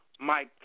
Mike